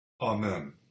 Amen